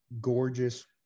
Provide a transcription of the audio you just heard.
gorgeous